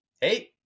Hey